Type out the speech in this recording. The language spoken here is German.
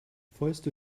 fäuste